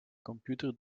computer